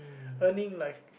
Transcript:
earning like